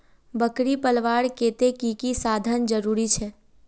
बकरी पलवार केते की की साधन जरूरी छे?